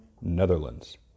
Netherlands